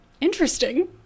Interesting